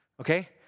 Okay